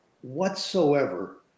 whatsoever